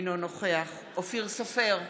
אינו נוכח אופיר סופר,